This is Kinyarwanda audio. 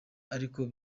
ariko